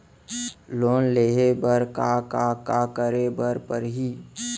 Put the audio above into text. Loan लेहे बर का का का करे बर परहि?